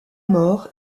mort